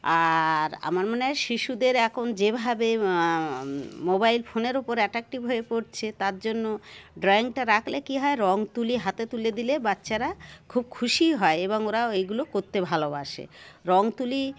আর আমার মনে হয় শিশুদের এখন যেভাবে মোবাইল ফোনের ওপর অ্যাট্রাক্টিভ হয়ে পড়ছে তার জন্য ড্রয়িংটা রাখলে কী হয় রঙ তুলি হাতে তুলে দিলে বাচ্চারা খুব খুশিই হয় এবং ওরা এইগুলো করতে ভালোবাসে রঙ তুলি